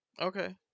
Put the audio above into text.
Okay